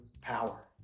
power